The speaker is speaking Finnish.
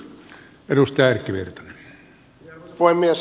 arvoisa puhemies